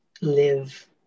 live